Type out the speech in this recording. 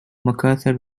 macarthur